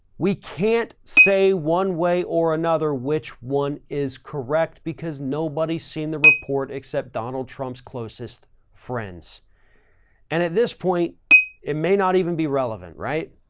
we can't say one way or another. which one is correct because nobody's seen the report except donald trump's closest friends and at this point it may not even be relevant. right.